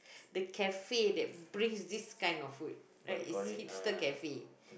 the cafe that brings this kind of food right is hipster cafe